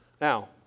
Now